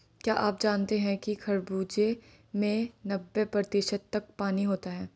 क्या आप जानते हैं कि खरबूजे में नब्बे प्रतिशत तक पानी होता है